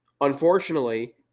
Unfortunately